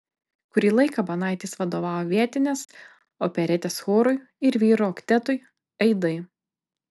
kurį laiką banaitis vadovavo vietinės operetės chorui ir vyrų oktetui aidai